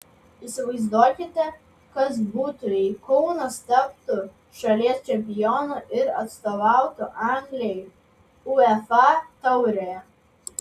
įsivaizduokite kas būtų jei kaunas taptų šalies čempionu ir atstovautų anglijai uefa taurėje